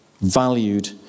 valued